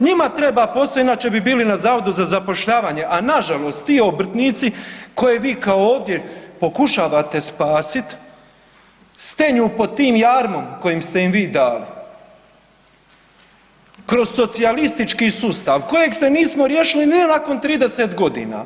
Njima treba posao inače bi bili na Zavodu za zapošljavanje, a nažalost ti obrtnici koje vi kao ovdje pokušavate spasit stenju pod tim jarmom koji ste im vi dali, kroz socijalistički sustav kojeg se nismo riješili ni nakon 30 godina.